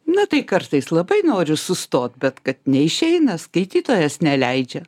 na tai kartais labai noriu sustot bet kad neišeina skaitytojas neleidžia